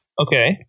Okay